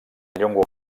llengua